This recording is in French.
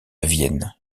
vienne